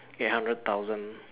eight hundred thousand